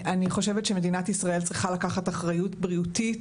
אני חושבת שמדינת ישראל צריכה לקחת אחריות בריאותית